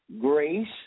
grace